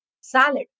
salad